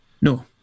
No